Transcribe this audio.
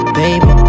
baby